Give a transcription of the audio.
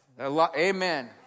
Amen